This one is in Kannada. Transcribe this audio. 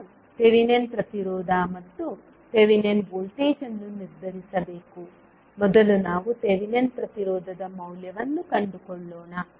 ನಾವು ಥೆವೆನಿನ್ ಪ್ರತಿರೋಧ ಮತ್ತು ಥೆವೆನಿನ್ ವೋಲ್ಟೇಜ್ ಅನ್ನು ನಿರ್ಧರಿಸಬೇಕು ಮೊದಲು ನಾವು ಥೆವೆನಿನ್ ಪ್ರತಿರೋಧದ ಮೌಲ್ಯವನ್ನು ಕಂಡುಕೊಳ್ಳೋಣ